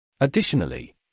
Additionally